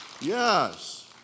yes